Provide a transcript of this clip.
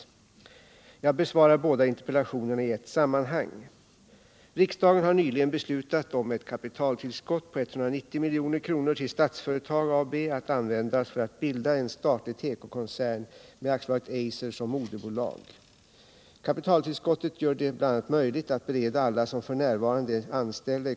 Jag besvarar båda interpellationerna i ett sammanhang.